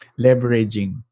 leveraging